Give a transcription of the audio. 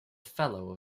fellow